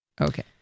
Okay